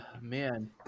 Man